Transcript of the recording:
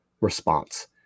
response